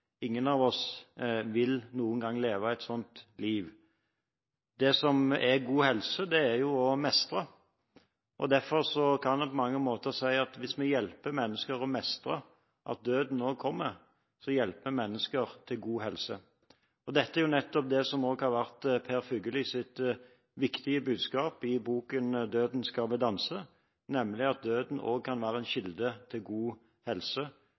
Ingen av oss vil kunne leve et slikt liv. Det som er god helse, er å mestre. Derfor kan en på mange måter si at hvis vi hjelper mennesker til å mestre at døden nå kommer, hjelper vi mennesker til god helse. Det er nettopp dette som er Per Fugellis viktige budskap i boken «Døden, skal vi danse?», nemlig at døden kan være en kilde til god helse